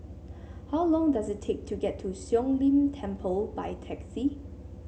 how long does it take to get to Siong Lim Temple by taxi